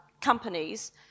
companies